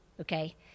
okay